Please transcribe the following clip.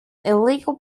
illegal